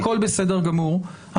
הכל בסדר גמור,